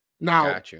Now